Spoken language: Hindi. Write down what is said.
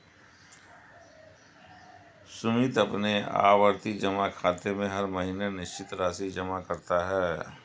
सुमित अपने आवर्ती जमा खाते में हर महीने निश्चित राशि जमा करता है